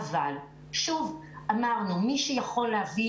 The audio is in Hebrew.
וגם הם נמצאים